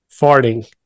Farting